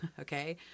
okay